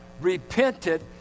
repented